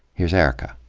here's erica.